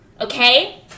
Okay